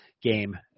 game